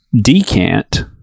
decant